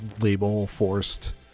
label-forced